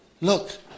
look